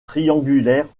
triangulaires